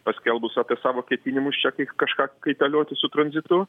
paskelbus apie savo ketinimus čia kai kažką kaitalioti su tranzitu